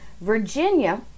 Virginia